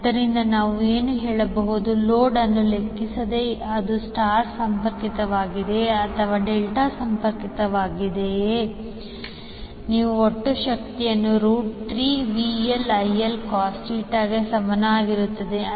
ಆದ್ದರಿಂದ ನಾವು ಏನು ಹೇಳಬಹುದು ಲೋಡ್ ಅನ್ನು ಲೆಕ್ಕಿಸದೆ ಅದು ಸ್ಟಾರ್ ಸಂಪರ್ಕಿತವಾಗಿದೆಯೆ ಅಥವಾ ಡೆಲ್ಟಾ ಸಂಪರ್ಕಗೊಂಡಿದ್ದರೆ ನಿಮ್ಮ ಒಟ್ಟು ಶಕ್ತಿಯು 3VLIL ಗೆ ಸಮಾನವಾಗಿರುತ್ತದೆ